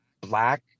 black